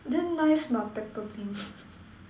then nice mah Peppermint